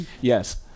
Yes